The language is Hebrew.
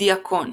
דיאקון